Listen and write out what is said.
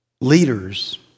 leaders